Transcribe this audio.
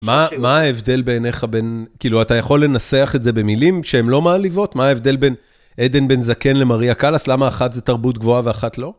מה ההבדל בעיניך בין, כאילו, אתה יכול לנסח את זה במילים שהן לא מעליבות? מה ההבדל בין עדן בן זקן למריה קאלאס? למה אחת זה תרבות גבוהה ואחת לא?